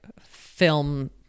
film